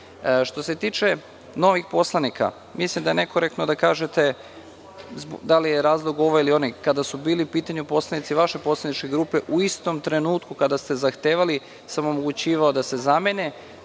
se tiče novi poslanika, mislim da je nekorektno da kažete da li je razlog ovaj ili onaj. Kada su bili u pitanju poslanici vaše poslaničke grupe u istom trenutku kada ste zahtevali sam omogućavao da se zamene,